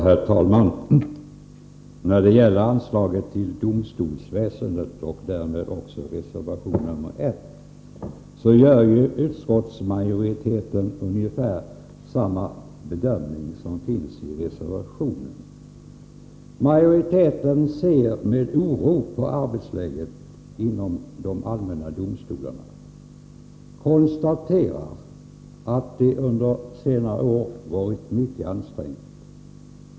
Herr talman! När det gäller anslaget till domstolsväsendet gör utskottsmajoriteten ungefär samma bedömning som den som redovisas i reservationen. Majoriteten ser med oro på arbetsläget inom de allmänna domstolarna och konstaterar att detta under senare år varit mycket ansträngt.